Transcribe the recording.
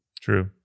True